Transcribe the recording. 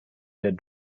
der